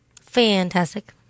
Fantastic